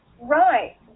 Right